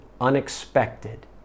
unexpected